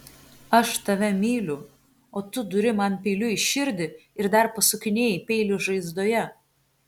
aš tave myliu o tu duri man peiliu į širdį ir dar pasukinėji peilį žaizdoje